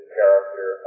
character